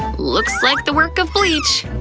looks like the work of bleach.